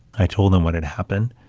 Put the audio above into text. i told them what had happened,